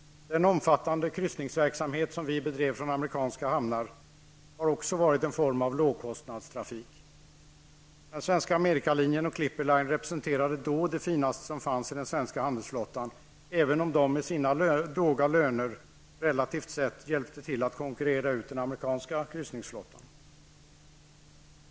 Den omfattande kryssningsverksamhet som vi bedrev från amerikanska hamnar har också varit en form av lågkostnadstrafik. Men Svenska Amerika Linien och Clipper Line representerade då det finaste som fanns i den svenska handelsflottan, även om de med sina relativt sett låga löner hjälpte till att konkurrera ut den amerikanska kryssningsflottan.